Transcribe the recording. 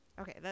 Okay